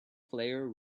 player